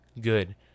Good